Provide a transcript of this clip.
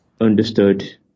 understood